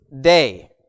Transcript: day